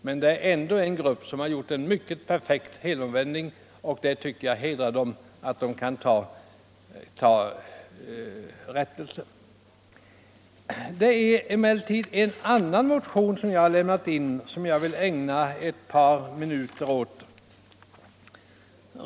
Men det är ändå en grupp som har gjort en alldeles perfekt helomvändning, och det hedrar dem att de kan ta rättelse. Jag har emellertid väckt också en annan motion, som jag vill ägna ett par minuter åt.